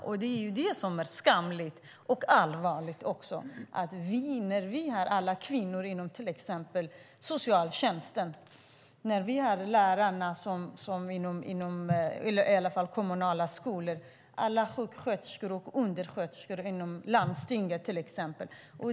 Och det är skamligt, och allvarligt, att vi har alla kvinnor inom till exempel socialtjänsten, lärarna i kommunala skolor, alla sjuksköterskor och undersköterskor inom landstinget.